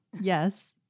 Yes